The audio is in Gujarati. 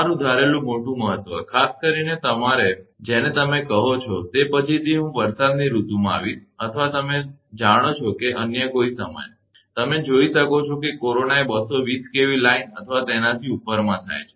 તમારું ધારેલું મોટું મહત્વ ખાસ કરીને તમારા જેને તમે કહો છો તે પછીથી હું વરસાદની ઋતમાં આવીશ અથવા તમે જાણો છો કે કોઈ અન્ય સમયે તમે જોઈ શકો છો કે કોરોના એ 220 kV લાઇન અથવા તેનાથી ઉપરમાં થાય છે